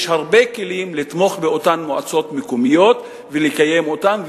יש הרבה כלים לתמוך באותן מועצות מקומיות ולקיים אותן,